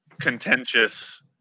contentious